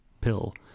pill